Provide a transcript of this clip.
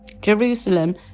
Jerusalem